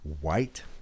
white